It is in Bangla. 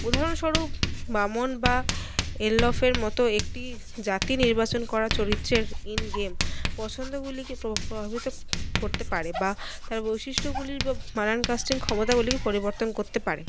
উদাহরণস্বরূপ বা এনলফের মতো একটি জাতি নির্বাচন করা চরিত্রের ইন গেম পছন্দগুলিকে প্রভাবিত করতে পারে বা তার বৈশিষ্ট্যগুলির বানান কাস্টিং ক্ষমতাগুলির পরিবর্তন করতে পারে